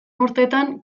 urtetan